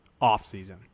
off-season